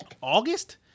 August